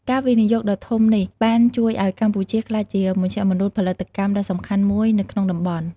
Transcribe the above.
ការវិនិយោគដ៏ធំនេះបានជួយឱ្យកម្ពុជាក្លាយជាមជ្ឈមណ្ឌលផលិតកម្មដ៏សំខាន់មួយនៅក្នុងតំបន់។